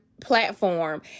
platform